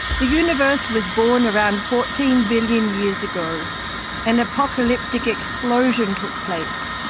the universe was born around fourteen billion years ago an apocalyptic explosion took place,